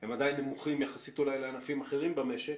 הם עדיין נמוכים יחסית אולי לענפים אחרים במשק.